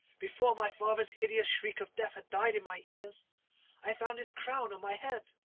before my father's hideous shriek of death had died in my ears i found this crown on my head,